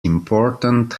important